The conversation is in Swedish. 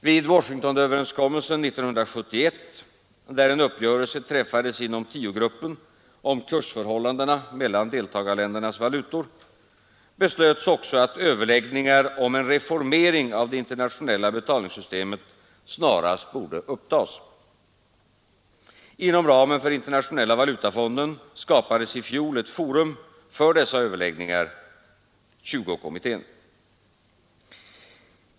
Vid Washingtonöverenskommelsen 1971, där en uppgörelse träffades inom tiogruppen om kursförhållandena mellan deltagarländernas valutor, beslöts också att överläggningar om en reformering av det internationella betalningssystemet snarast borde upptas. Inom ramen för internationella valutafonden skapades i fjol ett forum för dessa överläggningar, tjugokommittén.